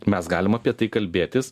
mes galim apie tai kalbėtis